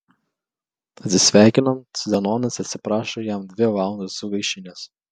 atsisveikinant zenonas atsiprašo jam dvi valandas sugaišinęs